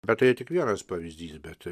bet tai tik vienas pavyzdys bet